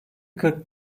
kırk